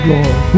Lord